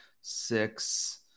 six